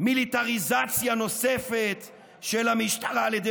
מיליטריזציה נוספת של המשטרה על ידי